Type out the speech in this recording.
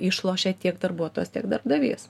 išlošia tiek darbuotojas tiek darbdavys